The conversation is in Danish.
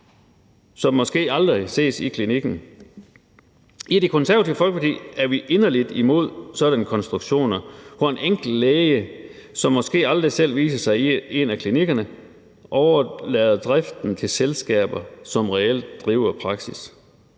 som måske aldrig ses i klinikken. I Det Konservative Folkeparti er vi inderligt imod sådanne konstruktioner, hvor en enkelt læge, som måske aldrig selv viser sig i en af klinikkerne, overlader driften til selskaber, som reelt driver praksis,